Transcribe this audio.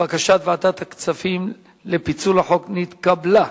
בקשת ועדת הכספים לפיצול החוק נתקבלה.